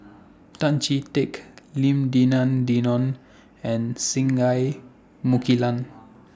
Tan Chee Teck Lim Denan Denon and Singai Mukilan